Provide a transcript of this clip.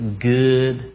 good